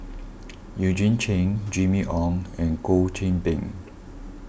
Eugene Chen Jimmy Ong and Goh Qiu Bin